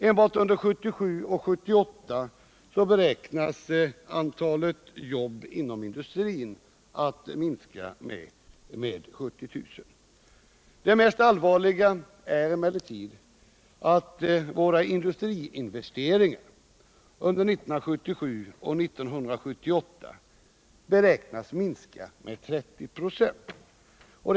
Enbart under 1977 och 1978 beräknas antalet arbeten inom industrin minska med 70000. Det allvarligaste är emellertid att våra industriinvesteringar under 1977 och 1978 beräknas minska med 30 4.